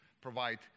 provide